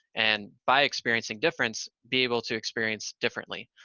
and by experiencing difference, be able to experience differently.